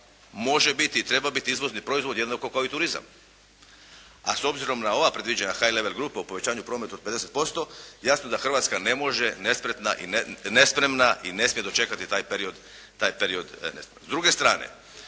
može biti i treba biti izvozni proizvod jednako kao i turizam. A s obzirom na ova predviđana high level grupe o povećanju prometa od 50% jasno da Hrvatska ne može nespretna, naspremna i ne smije dočekati taj period nespremna.